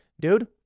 dude